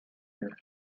year